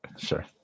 Sure